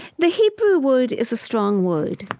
the hebrew word is a strong word,